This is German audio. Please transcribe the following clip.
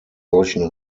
solchen